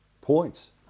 points